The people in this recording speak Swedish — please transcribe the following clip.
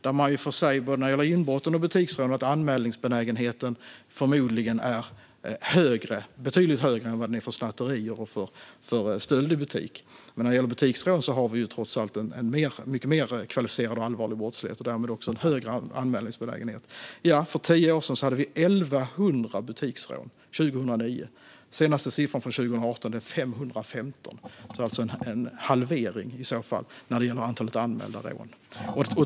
När det gäller både inbrotten och butiksrånen är anmälningsbenägenheten förmodligen betydligt högre än vad den är för snatterier och för stöld i butik. När det gäller butiksrån har vi trots allt en mycket mer kvalificerad och allvarlig brottslighet och därmed också en högre anmälningsbenägenhet. För tio år sedan, 2009, hade vi 1 100 butiksrån. Senaste siffran för 2018 är 515. Det är alltså en halvering när det gäller antalet anmälda rån.